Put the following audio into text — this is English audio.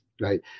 right